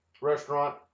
restaurant